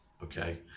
Okay